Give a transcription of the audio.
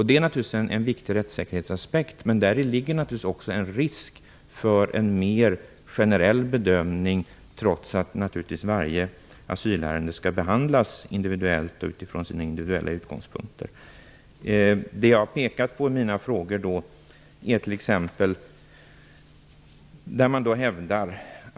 Det är naturligtvis en viktig rättssäkerhetseffekt, men däri ligger också en risk för en mer generell bedömning, trots att varje asylärende naturligtvis skall behandlas individuellt utifrån sina individuella utgångspunkter. I mina frågor har jag också pekat på andra exempel.